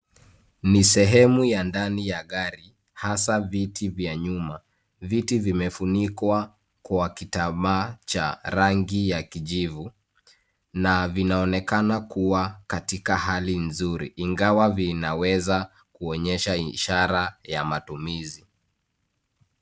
Ni sehemu ya ndani ya gari, hasa viti vya nyuma. Viti vimefunikwa kwa kitambaa cha rangi ya kijivu na vinaonekana kuwa katika hali nzuri, ingawa vinaweza kuonyesha ishara ya matumizi.